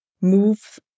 move